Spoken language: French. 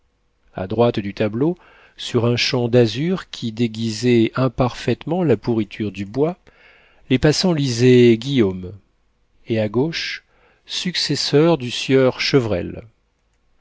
a droite du tableau sur un champ d'azur qui déguisait imparfaitement la pourriture du bois les passants lisaient guillaume et à gauche successeur du sieur chevrel